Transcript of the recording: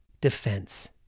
defense